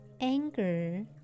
anger